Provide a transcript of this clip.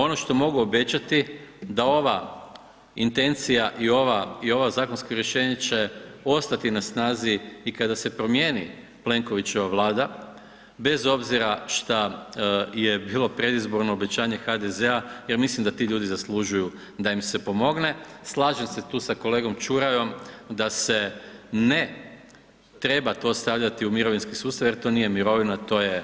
Ono što mogu obećati, da ova intencija i ovo zakonske rješenje će ostati na snazi i kada se promijeni Plenkovićeva Vlada bez obzira šta je bilo predizborno obećanje HDZ-a jer mislim da ti ljudi zaslužuju da im se pomogne, slažem se tu sa kolegom Čurajom da se ne treba to stavljati u mirovinski sustav jer to nije mirovina, to je